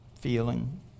feeling